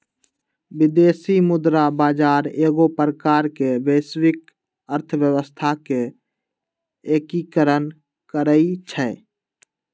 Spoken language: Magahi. विदेशी मुद्रा बजार एगो प्रकार से वैश्विक अर्थव्यवस्था के एकीकरण करइ छै